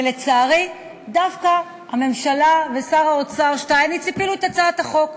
ולצערי דווקא הממשלה ושר האוצר שטייניץ הפילו את הצעת החוק.